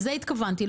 לזה התכוונתי.